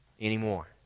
Anymore